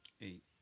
Eight